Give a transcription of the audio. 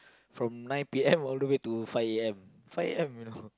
from nine P_M all the way to five A_M five A_M